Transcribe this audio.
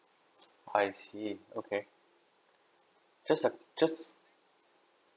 I see okay just a just